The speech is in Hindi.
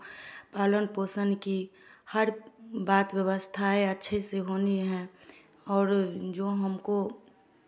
पालन पोषण की हर बात व्यवस्थाएँ अच्छे से होनी है और जो हमको